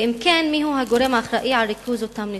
ואם כן, מיהו הגורם האחראי על ריכוז אותם נתונים.